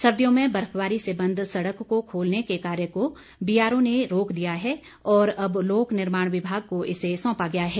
सर्दियों में बर्फबारी से बंद सड़क को खोलने के कार्य को बीआरओ ने रोक दिया है और अब लोकनिर्माण विभाग को इसे सौंपा गया है